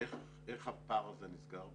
איך הפער הזה נסגר?